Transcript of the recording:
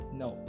no